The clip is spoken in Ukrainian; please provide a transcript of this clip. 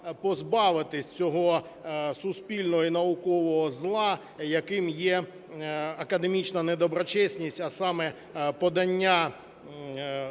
позбавитися цього суспільного і наукового зла, яким є академічна недоброчесність, а саме подання